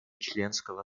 членского